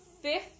fifth